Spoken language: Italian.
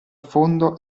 fondo